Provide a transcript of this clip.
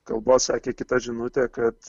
kalbos sekė kita žinutė kad